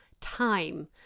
time